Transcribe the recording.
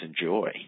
enjoy